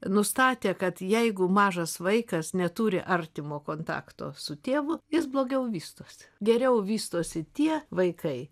nustatė kad jeigu mažas vaikas neturi artimo kontakto su tėvu jis blogiau vystosi geriau vystosi tie vaikai